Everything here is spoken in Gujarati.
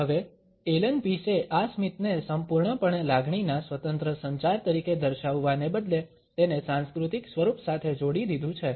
હવે એલન પીસે આ સ્મિતને સંપૂર્ણપણે લાગણીના સ્વતંત્ર સંચાર તરીકે દર્શાવવાને બદલે તેને સાંસ્કૃતિક સ્વરૂપ સાથે જોડી દીધું છે